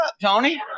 Tony